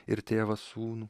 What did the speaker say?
ir tėvas sūnų